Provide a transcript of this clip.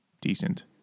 decent